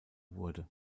wurde